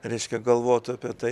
reiškia galvotų apie tai